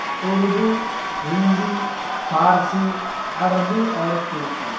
اردو ہندی فارسی عربی اور ترکی